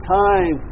time